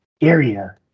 area